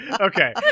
Okay